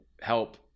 help